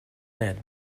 that